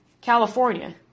California